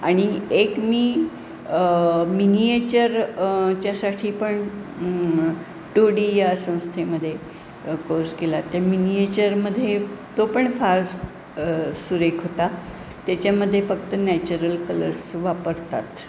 आणि एक मी मिनिएचर च्यासाठी पण टूडी या संस्थेमध्ये कोर्स केला त्या मिनिएचरमध्ये तो पण फार सुरेख होता त्याच्यामध्ये फक्त नॅचरल कलर्स वापरतात